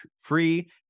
free